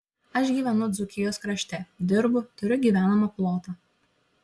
aš gyvenu dzūkijos krašte dirbu turiu gyvenamą plotą